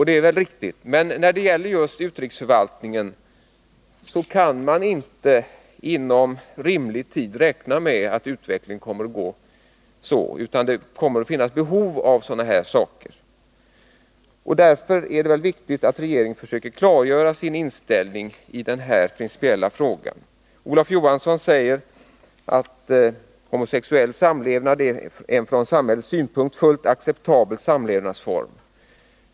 Det är väl riktigt, men när det gäller just utrikesförvaltningen kan man inte räkna med att utvecklingen kommer att bli denna inom rimlig tid, utan det kommer att finnas behov av särskilda åtgärder. Därför är det viktigt att regeringen klargör sin inställning i den här principiella frågan. Olof Johansson sade att homosexuell samlevnad är en från samhällets synpunkt fullt acceptabel samlevnadsform.